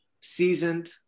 seasoned